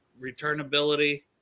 returnability